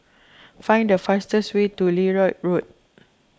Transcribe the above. find the fastest way to Lloyd Road